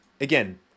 again